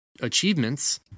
achievements